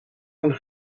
een